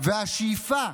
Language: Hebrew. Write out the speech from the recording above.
והשאיפה